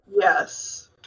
Yes